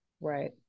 Right